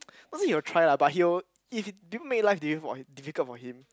not say he will try lah but he will if it didn't make life difficult difficult for him